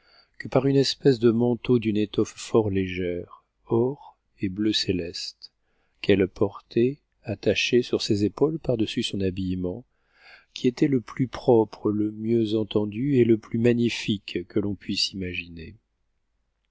que par une espèce de manteau d'une éiosë fort légère or et bleu céleste qu'elle portait attaché sur ses épaules par-dessus son habillement qui était le plus propre le mieux entendu et le plus magnifique que l'on puisse imaginer